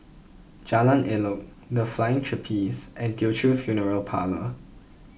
Jalan Elok the Flying Trapeze and Teochew Funeral Parlour